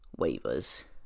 waivers